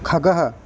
खगः